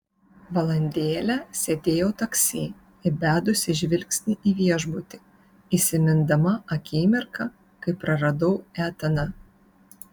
valandėlę sėdėjau taksi įbedusi žvilgsnį į viešbutį įsimindama akimirką kai praradau etaną